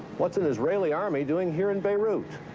whatis an israeli army doing here in beirut?